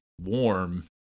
warm